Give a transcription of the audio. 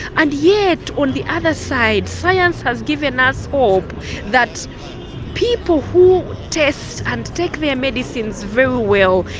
and yet on the other side science has given us hope that people who test and take their medicines very well,